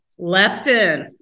Leptin